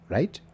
Right